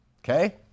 okay